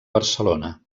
barcelona